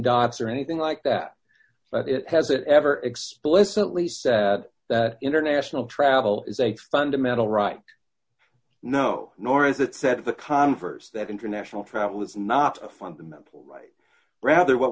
dots or anything like that but it has it ever explicitly said that international travel is a fundamental right no nor is it said the converse that international travel is not a fundamental right rather what